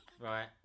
right